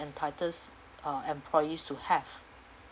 entitles uh employees to have